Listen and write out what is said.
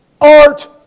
art